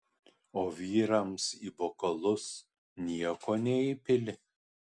o vyrams į bokalus nieko neįpili